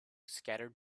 scattered